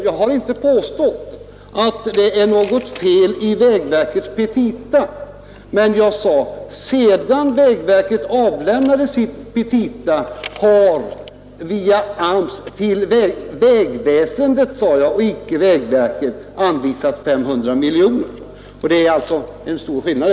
Jag har inte påstått att det är något fel i vägverkets petita, men jag sade att sedan vägverket inlämnade sina petita har via AMS anvisats 500 miljoner kronor till vägväsendet — jag sade icke vägverket. Det är alltså en stor skillnad.